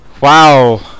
Wow